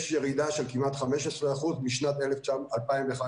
יש ירידה של כמעט 15% משנת 2011,